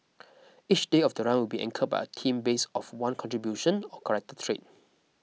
each day of the run will be anchored by a theme base of one contribution or character trait